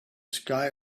sky